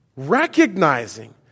recognizing